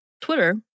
Twitter